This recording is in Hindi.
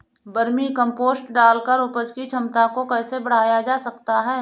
वर्मी कम्पोस्ट डालकर उपज की क्षमता को कैसे बढ़ाया जा सकता है?